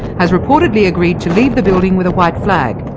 has reportedly agreed to leave the building with a white flag.